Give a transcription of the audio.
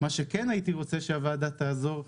מה שכן הייתי רוצה שהוועדה תעזור,